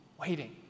waiting